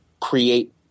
create